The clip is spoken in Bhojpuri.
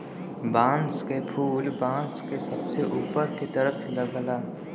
बांस क फुल बांस के सबसे ऊपर के तरफ लगला